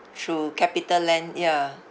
through Capitaland ya